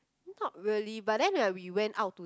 not really but then when we went out to